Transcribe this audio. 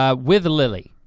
um with lily.